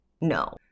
No